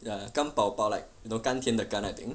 ya 甘宝宝 like you know 甘甜的甘 I think